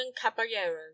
Caballero